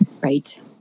Right